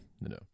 No